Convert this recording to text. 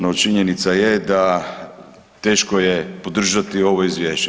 No činjenica je da teško je podržati ovo izvješće.